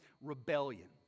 rebellion